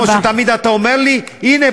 כמו שתמיד אתה אומר לי: הנה,